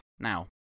Now